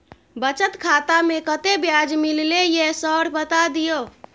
बचत खाता में कत्ते ब्याज मिलले ये सर बता दियो?